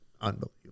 Unbelievable